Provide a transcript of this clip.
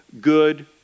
good